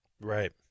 right